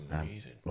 amazing